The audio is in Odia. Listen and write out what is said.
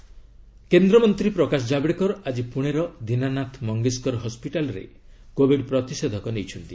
ଜାବଡେକର ଭ୍ୟାକ୍ୱିନେସନ କେନ୍ଦ୍ରମନ୍ତ୍ରୀ ପ୍ରକାଶ ଜାବଡେକର ଆଜି ପୁଣେ ର ଦୀନାନାଥ ମଙ୍ଗେସକର ହସ୍କିଟାଲରେ କୋବିଡ ପ୍ରତିଷେଧକ ନେଇଛନ୍ତି